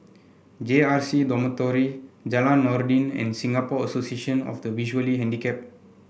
J R C Dormitory Jalan Noordin and Singapore Association of the Visually Handicapped